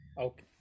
okay